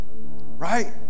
Right